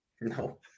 No